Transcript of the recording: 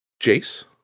Jace